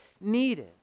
needed